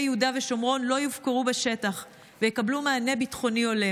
יהודה ושומרון לא יופקרו בשטח ויקבלו מענה ביטחוני הולם.